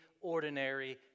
Ordinary